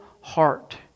heart